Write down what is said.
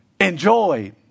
enjoy